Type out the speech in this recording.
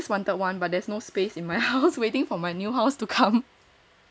I know I I always wanted one but there's no space in my house waiting for my new house to come